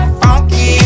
funky